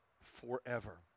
forever